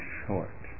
short